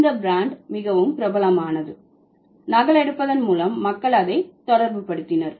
இந்த பிராண்ட் மிகவும் பிரபலமானது நகலெடுப்பதன் மூலம் மக்கள் அதை தொடர்புபடுத்தினர்